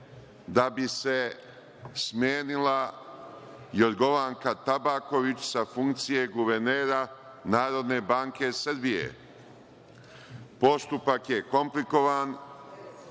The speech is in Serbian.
da bi se smenila Jorgovanka Tabaković sa funkcije guvernera Narodne banke Srbije? Postupak je komplikovan,